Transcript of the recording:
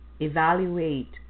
Evaluate